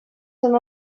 són